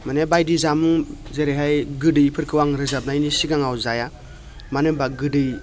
माने बायदि जामुं जेरैहाय गोदैफोरखौ आं रोजाबनायनि सिगाङाव जाया मानोहोमब्ला गोदै